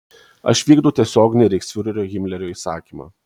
aš vykdau tiesioginį reichsfiurerio himlerio įsakymą